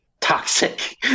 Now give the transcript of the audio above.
toxic